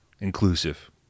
inclusive